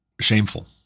shameful